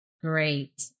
Great